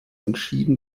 entschieden